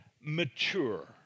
mature